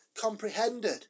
comprehended